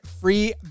free